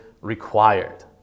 required